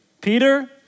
Peter